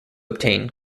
obtain